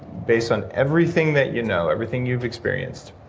based on everything that you know, everything you've experienced,